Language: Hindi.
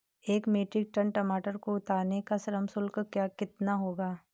एक मीट्रिक टन टमाटर को उतारने का श्रम शुल्क कितना होगा?